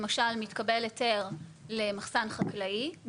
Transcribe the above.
למשל מתקבל היתר למחסן חקלאי,